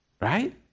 Right